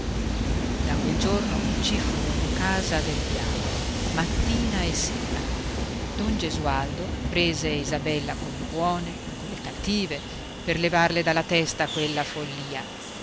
da quel giorno ci fu un casa del diavolo mattina e sera don gesualdo prese isabella colle buone colle cattive per levarle dalla testa quella follìa